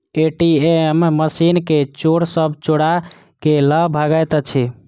ATM machine के चोर सब चोरा क ल भगैत अछि